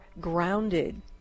grounded